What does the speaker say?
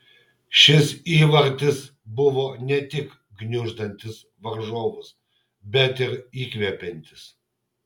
šis įvartis buvo ne tik gniuždantis varžovus bet ir įkvepiantis